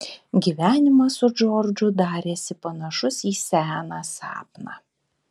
gyvenimas su džordžu darėsi panašus į seną sapną